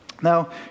Now